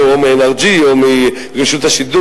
ואני אקרא את זה או מ-nrg או מרשות השידור,